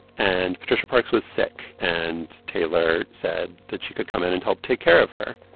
and patricia parks was sick, and taylor said that she could come in and help take care of her.